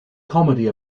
comedy